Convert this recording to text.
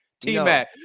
T-Mac